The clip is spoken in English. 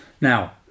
Now